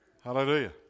hallelujah